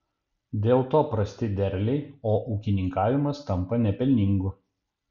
dėl to prasti derliai o ūkininkavimas tampa nepelningu